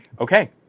okay